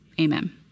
Amen